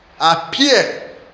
appear